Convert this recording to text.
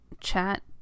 chat